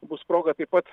bus proga taip pat